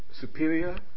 superior